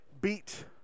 beat